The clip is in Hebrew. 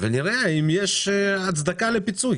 ונראה האם יש הצדקה לפיצוי,